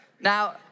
Now